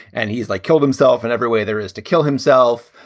and he's, like, killed himself in every way there is to kill himself.